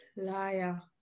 liar